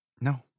No